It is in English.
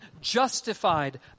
justified